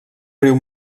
riu